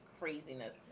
craziness